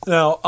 Now